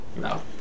No